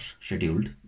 scheduled